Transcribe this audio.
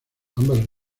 ambas